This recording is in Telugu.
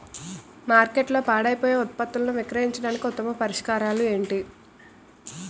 మార్కెట్లో పాడైపోయే ఉత్పత్తులను విక్రయించడానికి ఉత్తమ పరిష్కారాలు ఏంటి?